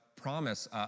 promise